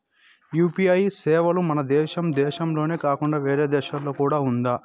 UPI సేవలు మన దేశం దేశంలోనే కాకుండా వేరే దేశాల్లో కూడా ఉందా?